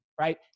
right